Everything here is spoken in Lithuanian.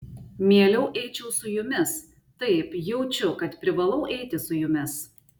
mieliau eičiau su jumis taip jaučiu kad privalau eiti su jumis